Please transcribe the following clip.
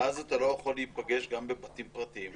ואז אתה גם לא יכול להיפגש בבתים פרטיים,